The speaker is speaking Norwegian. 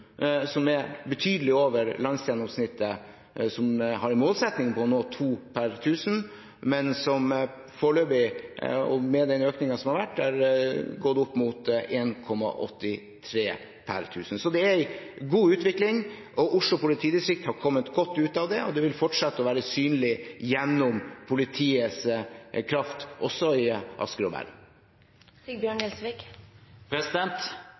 som er betydelig over landsgjennomsnittet, som har en målsetting om å nå 2 per 1 000, men som foreløpig, med den økningen som har vært, har gått opp til 1,83 per 1 000. Så det er en god utvikling. Oslo politidistrikt har kommet godt ut av det, og det vil fortsatt være synlig gjennom politiets kraft også i Asker og Bærum.